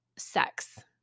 Sex